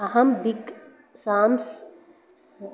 अहं big Sam's